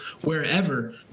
wherever